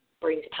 brings